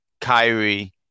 Kyrie